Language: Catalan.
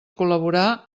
col·laborar